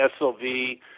SLV